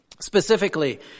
specifically